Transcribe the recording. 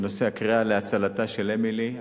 בנושא הקריאה להצלתה של אמילי,